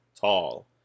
tall